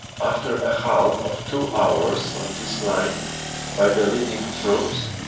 after a halt of two hours on this line by the leading troops,